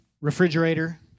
refrigerator